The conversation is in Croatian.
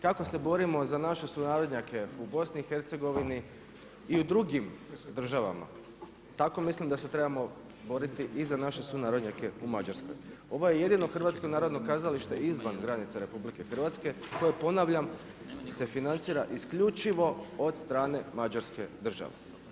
Kako se borimo za naše sunarodnjake u BIH i u drugim državama, tako mislim da se trebamo boriti i za naše sunarodnjake u Mađarskoj. ovo je jedino hrvatsko narodno kazalište izvan granice, RH, koja ponavljam, se financira isključivo od strane Mađarske države.